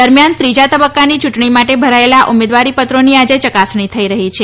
દરમિયાન ત્રીજા તબક્કાની યૂંટણી માટે ભરાયેલા ઉમેદવારો પત્રોની આજે ચકાસણી થઈ રહી છે